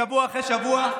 שבוע אחרי שבוע,